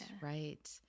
right